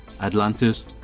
Atlantis